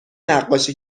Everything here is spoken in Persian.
نقاشی